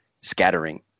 scattering